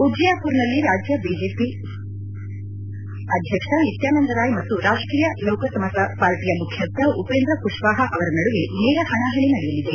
ಉಜ್ಜಯಾರ್ಮರ್ನಲ್ಲಿ ರಾಜ್ಯ ಬಿಜೆಪಿ ಅಧ್ಯಕ್ಷ ನಿತ್ಯಾನಂದ ರಾಯ್ ಮತ್ತು ರಾಷ್ಟೀಯ ಲೋಕಸಮತ ಪಾರ್ಟಿಯ ಮುಖ್ಯಸ್ಥ ಉಪೇಂದ್ರ ಕುಶ್ವಾಪ ಅವರ ನಡುವೆ ನೇರ ಪಣಾಪಣಿ ನಡೆಯಲಿದೆ